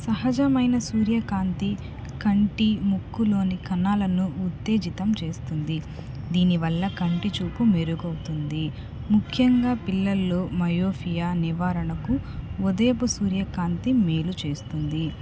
సహజమైన సూర్యకాంతి కంటి ముక్కులోని కణాలను ఉత్తేజితం చేస్తుంది దీనివల్ల కంటి చూపు మెరుగవుతుంది ముఖ్యంగా పిల్లల్లో మయోపియా నివారణకు ఉదయపు సూర్యకాంతి మేలు చేస్తుంది